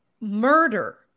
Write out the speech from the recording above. murder